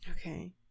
Okay